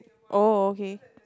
oh okay